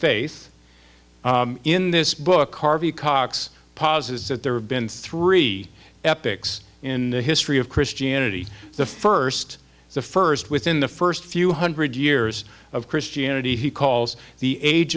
faith in this book harvey cox pass that there have been three epics in the history of christianity the first the first within the first few hundred years of christianity he calls the age